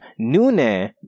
Nune